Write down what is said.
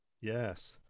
Yes